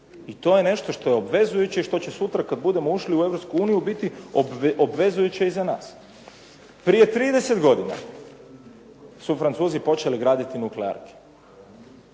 I to je nešto što je obvezujuće i što će sutra kad budemo ušli u Europsku uniju biti obvezujuće i za nas. Prije 30 godina su Francuzi počeli graditi nuklearke